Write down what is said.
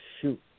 shoot